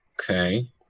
Okay